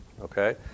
Okay